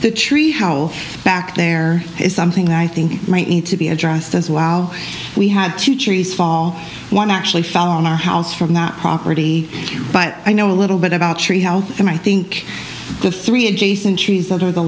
the tree how back there is something that i think might need to be addressed as wow we had two trees fall one actually fell on our house from that property but i know a little bit about tree house and i think the three adjacent trees that are the